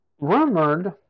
rumored